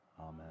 Amen